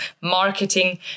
marketing